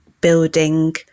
building